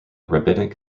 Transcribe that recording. rabbinic